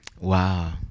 Wow